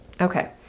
Okay